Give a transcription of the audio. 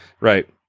Right